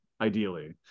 ideally